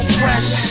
fresh